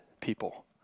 people